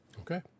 Okay